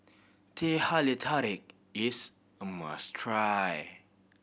Teh Halia Tarik is a must try